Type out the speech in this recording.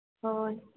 ᱦᱳᱭ